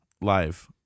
live